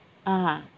ah